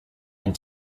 and